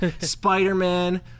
Spider-Man